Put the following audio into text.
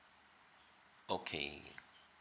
okay